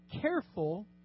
careful